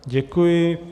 Děkuji.